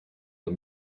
man